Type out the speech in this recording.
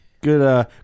good